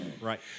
Right